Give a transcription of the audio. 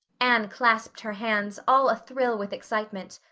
anne clasped her hands, all athrill with excitement.